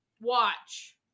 watch